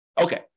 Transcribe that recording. Okay